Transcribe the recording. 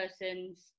person's